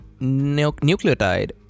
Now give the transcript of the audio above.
nucleotide